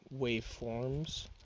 ...waveforms